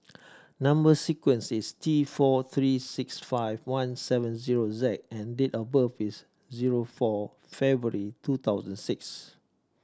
number sequence is T four three six five one seven zero Z and date of birth is zero four February two thousand six